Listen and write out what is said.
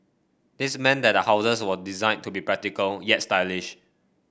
this meant that the houses were designed to be practical yet stylish